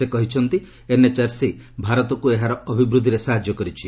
ସେ କହିଛନ୍ତି ଏନଏଚଆରସି ଭାରତକୁ ଏହାର ଅଭିବୃଦ୍ଧିରେ ସାହାଯ୍ୟ କରିଛି